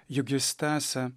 juk jis tęsia